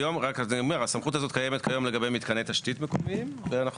אני אומר הסמכות הזו קיימת היום לגבי מתקני תשתית מקומיים ואנחנו